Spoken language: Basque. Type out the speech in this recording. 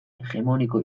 hegemoniko